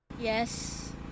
Yes